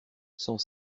sans